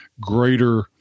greater